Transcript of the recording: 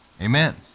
Amen